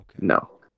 No